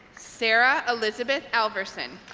sarah elizabeth alverson